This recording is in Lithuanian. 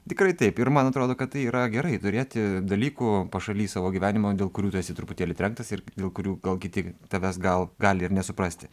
tikrai taip ir man atrodo kad tai yra gerai turėti dalykų pašaly savo gyvenimo dėl kurių tu esi truputėlį trenktas ir dėl kurių gal kiti tavęs gal gali ir nesuprasti